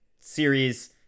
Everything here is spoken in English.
series